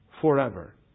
forever